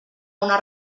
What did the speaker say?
una